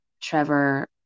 Trevor